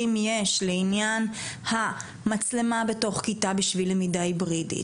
יש לענין המצלמה בתוך כיתה בשביל למידה היברידית,